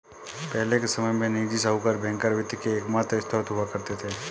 पहले के समय में निजी साहूकर बैंकर वित्त के एकमात्र स्त्रोत हुआ करते थे